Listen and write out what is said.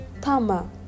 Tama